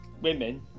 Women